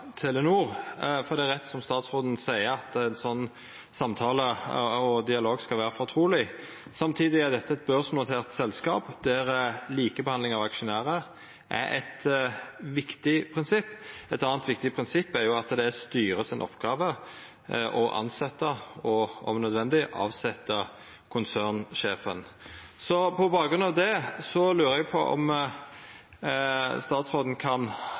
Telenor. Det er rett som statsråden seier, at ein sånn samtale og dialog skal vera fortruleg. Samtidig er dette eit børsnotert selskap der likebehandling av aksjonærar er eit viktig prinsipp. Eit anna viktig prinsipp er at det er styret si oppgåve å tilsetja og – om nødvendig – avsetja konsernsjefen. På bakgrunn av det lurer eg på om statsråden kan